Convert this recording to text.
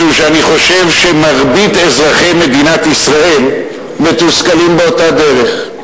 משום שאני חושב שמרבית אזרחי מדינת ישראל מתוסכלים באותה דרך.